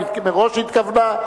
היא מראש התכוונה,